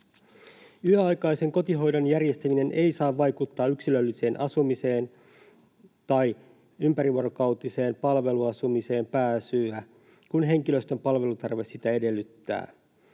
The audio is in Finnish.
Yöaikaisen kotihoidon järjestäminen ei saa vaikeuttaa yksilölliseen asumiseen tai ympärivuorokautiseen palveluasumiseen pääsyä, kun henkilöstön palvelutarve sitä edellyttää.